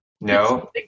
no